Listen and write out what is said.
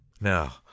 now